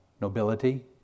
nobility